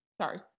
Sorry